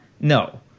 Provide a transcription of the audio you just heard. no